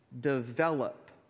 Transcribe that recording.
develop